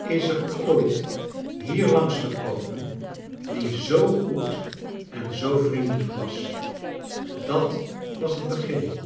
is er ooit hier langs gekomen die zoo goed en zoo vrien delijk was dat was het begin